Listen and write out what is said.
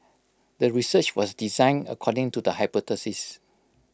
the research was designed according to the hypothesis